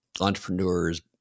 entrepreneurs